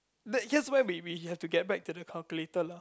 that yes where we we have to get back to the calculator lah